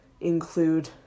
include